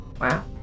Wow